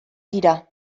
dira